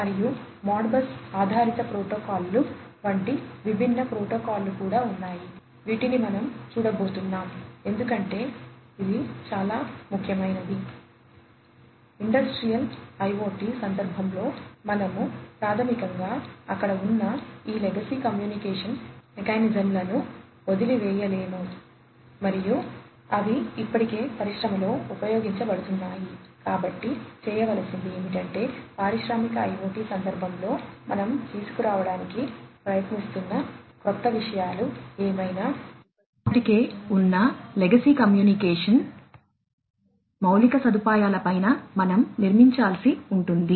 మరియు మోడ్బస్ సందర్భంలో మనం తీసుకురావడానికి ప్రయత్నిస్తున్న క్రొత్త విషయాలు ఏమైనా ఇప్పటికే ఉన్న లెగసీ కమ్యూనికేషన్ మౌలిక సదుపాయాల పైన మనం నిర్మించాల్సి ఉంటుంది